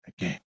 again